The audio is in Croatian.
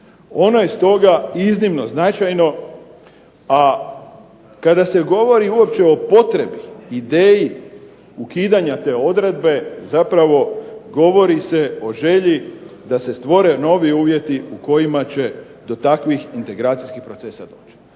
Ono je stoga iznimno značajno, a kada se govori uopće o potrebi, ideji ukidanja te odredbe zapravo govori se o želji da se stvore novi uvjeti u kojima će do takvih integracijskih procesa doći.